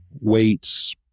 weights